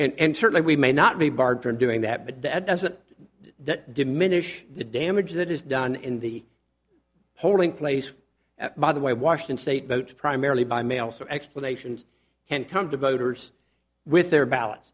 doing and certainly we may not be barred from doing that but that doesn't diminish the damage that is done in the holding place at by the way washington state votes primarily by mail so explanations can come to voters with their bal